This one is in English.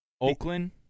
Oakland